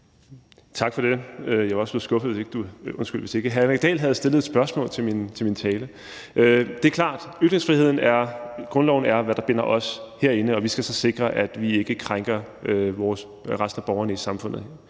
Tak for det. Jeg var også blevet skuffet, hvis ikke hr. Henrik Dahl havde stillet et spørgsmål til min tale. Det er klart, at grundloven er, hvad der binder os herinde, og vi skal så sikre, at vi ikke krænker resten af borgerne i samfundet.